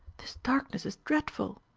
this darkness is dreadful.